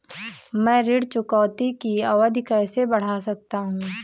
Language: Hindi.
मैं ऋण चुकौती की अवधि कैसे बढ़ा सकता हूं?